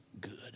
good